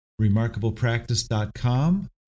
remarkablepractice.com